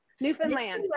Newfoundland